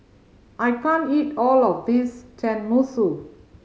I can't eat all of this Tenmusu